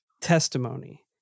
testimony